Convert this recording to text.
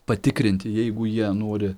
patikrinti jeigu jie nori